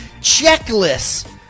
checklists